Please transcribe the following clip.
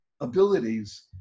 abilities